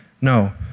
No